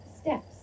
steps